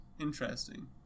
interesting